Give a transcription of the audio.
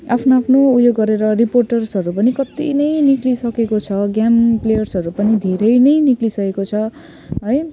आफ्नो आफ्नो उयो गरेर रिपोर्टर्सहरू पनि कति नै निस्किसकेको छ गेम प्लेयर्सहरू पनि धेरै नै निस्किसकेको छ है